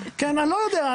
אני לא יודע,